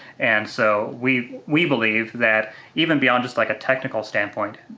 and so we we believe that even beyond just like a technical standpoint,